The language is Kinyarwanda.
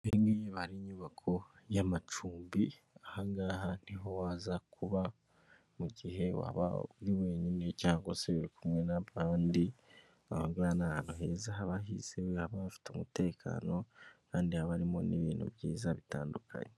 Iyi ngiyi iba ari inyubako y'amacumbi, aha ngaha ni ho waza kuba mu gihe waba uri wenyine cyangwa se uri kumwe n'abandi, aha ngaha ni ahantu heza haba hizewe, haba hafite umutekano kandi haba harimo n'ibintu byiza bitandukanye.